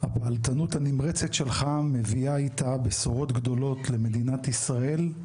הפעלתנות הנמרצת שלך מביאה אתה בשורות גדולות למדינת ישראל,